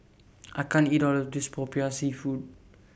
I can't eat All of This Popiah Seafood